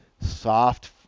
soft